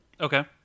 Okay